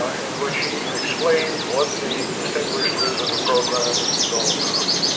in which he explained what the distinguished visitor program was all about,